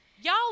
Y'all